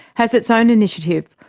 has its own initiative,